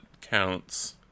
counts